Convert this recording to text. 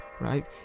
right